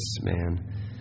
man